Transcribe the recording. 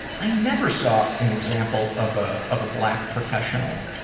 i never saw an example of ah of a black professional.